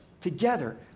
together